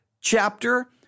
chapter